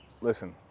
listen